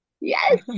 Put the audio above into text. Yes